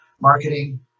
Marketing